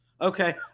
Okay